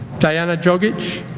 dajana dogic